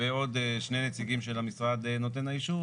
ועוד שני נציגים של המשרד נותן האישור,